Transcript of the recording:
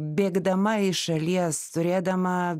bėgdama iš šalies turėdama